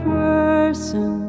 person